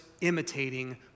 imitating